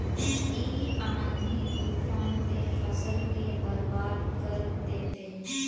इ आँधी तूफान ते फसल के बर्बाद कर देते?